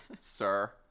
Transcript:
sir